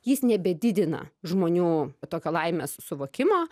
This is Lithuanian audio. jis nebedidina žmonių tokio laimės suvokimo